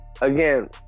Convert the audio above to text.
again